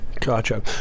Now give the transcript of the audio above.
Gotcha